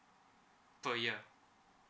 per year